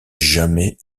jamais